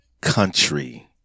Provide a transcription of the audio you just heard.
country